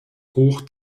hoch